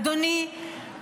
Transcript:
אדוני,